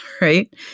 right